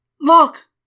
Look